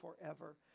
forever